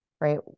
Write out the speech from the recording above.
right